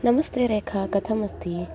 नमस्ते रेखा कथम् अस्ति